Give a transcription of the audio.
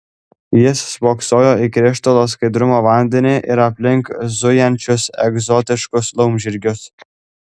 jis spoksojo į krištolo skaidrumo vandenį ir aplink zujančius egzotiškus laumžirgius